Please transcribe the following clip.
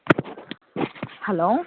hello